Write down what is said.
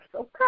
Okay